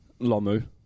Lomu